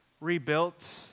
rebuilt